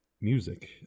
music